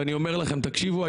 ואני אומר לכם: תקשיבו,